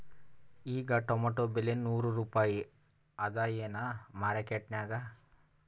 ಈಗಾ ಟೊಮೇಟೊ ಬೆಲೆ ನೂರು ರೂಪಾಯಿ ಅದಾಯೇನ ಮಾರಕೆಟನ್ಯಾಗ?